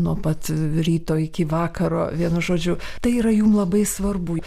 nuo pat ryto iki vakaro vienu žodžiu tai yra jum labai svarbu